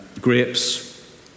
grapes